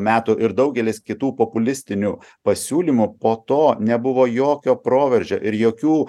metų ir daugelis kitų populistinių pasiūlymų po to nebuvo jokio proveržio ir jokių